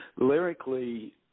Lyrically